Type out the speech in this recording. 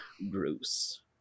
Bruce